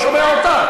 אתה בעצמך מופרע,